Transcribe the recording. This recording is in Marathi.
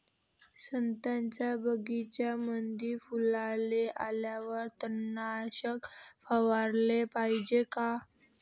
संत्र्याच्या बगीच्यामंदी फुलाले आल्यावर तननाशक फवाराले पायजे का?